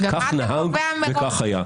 כך היה נהוג, כך היה.